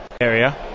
area